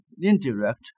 indirect